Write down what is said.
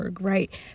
right